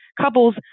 couples